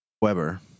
Weber